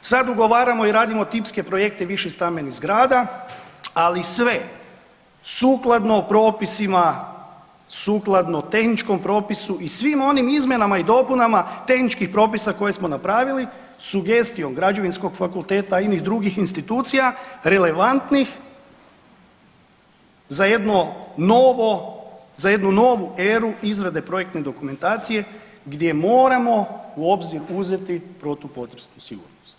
sad ugovaramo i radimo tipske projekte više stambenih zgrada, ali sve sukladno propisima, sukladno tehničkom propisu i svim onim izmjenama i dopunama tehničkih propisa koje smo napravili, sugestijom Građevinskog fakulteta i inih drugih institucija, relevantnih za jedno novo, za jednu novu eru izrade projekte dokumentacije, gdje moramo u obzir uzeti protupotresnu sigurnost.